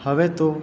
હવે તો